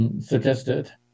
suggested